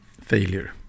failure